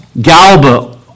Galba